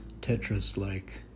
Tetris-like